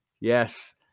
Yes